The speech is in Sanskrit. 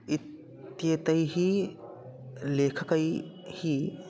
इत्येतैः लेखकैः